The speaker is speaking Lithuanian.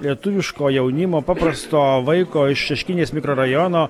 lietuviško jaunimo paprasto vaiko iš šeškinės mikrorajono